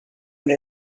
what